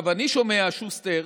אני שומע, שוסטר,